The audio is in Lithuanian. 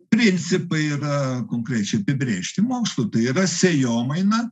principai yra konkrečiai apibrėžti mokslu tai yra sėjomaina